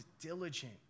diligent